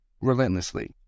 relentlessly